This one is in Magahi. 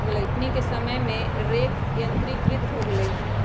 अखनि के समय में हे रेक यंत्रीकृत हो गेल हइ